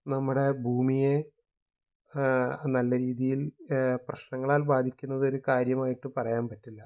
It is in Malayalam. നമ്മുടെ ഭൂമിയെ നല്ല രീതിയില് പ്രശ്നങ്ങളാല് ബാധിക്കുന്നതൊരു കാര്യമായിട്ട് പറയാന് പറ്റില്ല